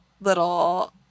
little